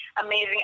amazing